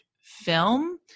film